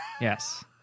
yes